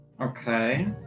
Okay